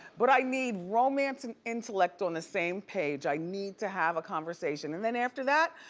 but i need romance and intellect on the same page, i need to have a conversation, and then after that,